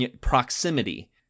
proximity